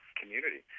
community